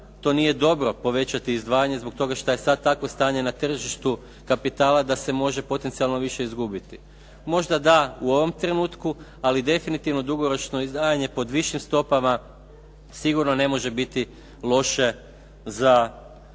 to nije dobro povećati izdvajanje zbog toga što je sad takvo stanje na tržištu kapitala da se može potencijalno više izgubiti. Možda da u ovom trenutku, ali definitivno dugoročno izdvajanje pod višim stopama sigurno ne može biti loše za buduće